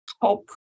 hope